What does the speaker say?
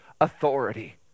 authority